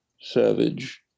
savage